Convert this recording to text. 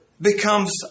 becomes